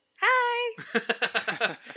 Hi